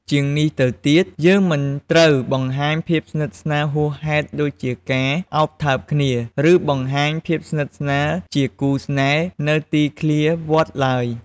ជាងនេះទៅទៀត យើងមិនត្រូវបង្ហាញភាពស្និទ្ធស្នាលហួសហេតុដូចជាការ ឱបថើបគ្នា ឬបង្ហាញភាពស្និទ្ធស្នាលជាគូស្នេហ៍នៅទីធ្លាវត្តឡើយ។